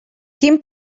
quin